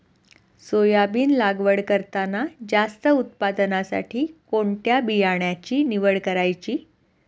Soybean लागवड करताना जास्त उत्पादनासाठी कोणत्या बियाण्याची निवड करायची?